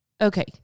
Okay